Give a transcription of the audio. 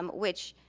um which,